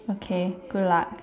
okay good luck